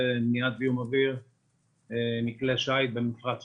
מניעת זיהום אוויר מכלי שיט במפרץ חיפה.